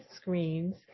screens